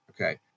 Okay